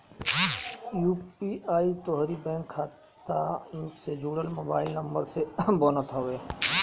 UPI तोहरी bank खाता से जुड़ल मोबाइल नंबर से बनत हवे